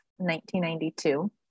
1992